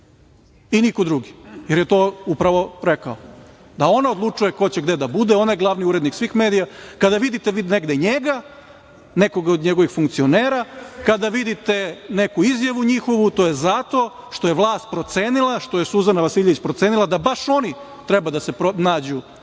i niko drugi, jer je to upravo rekao, da ona odlučuje ko će gde da bude, ona je glavni urednik svih medija. Kada vidite negde njega, nekoga od njegovih funkcionera, kada vidite neku izjavu njihovu, to je zato što je vlast procenila, što je Suzana Vasiljević procenila da baš oni treba da se nađu